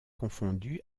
confondu